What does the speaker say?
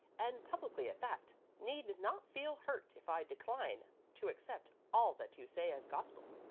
and publicly at that, need not feel hurt if i decline to accept all that you say as gospel.